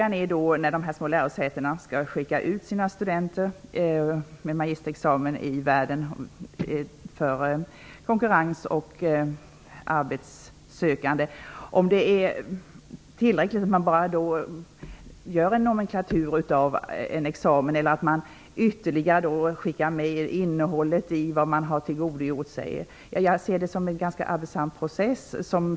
När de här små lärosätena skall skicka ut sina studenter med magisterexamen i världen för konkurrens och arbetssökande, är det då tillräckligt att bara göra en nomenklatur av en examen, eller skall man skicka med innehållet i vad de har tillgodogjort sig? Jag ser det som en ganska arbetsam process.